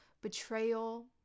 betrayal